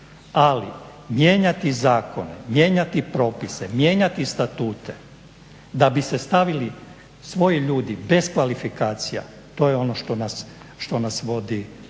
ali mijenjati zakone, mijenjati propise, mijenjati statute da bi se stavili svoji ludi bez kvalifikacija, to je ono što nas vodi u još